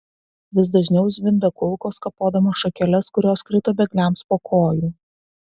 vis dažniau zvimbė kulkos kapodamos šakeles kurios krito bėgliams po kojų